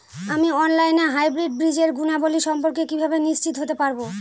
আমি অনলাইনে হাইব্রিড বীজের গুণাবলী সম্পর্কে কিভাবে নিশ্চিত হতে পারব?